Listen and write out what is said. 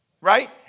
Right